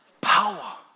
Power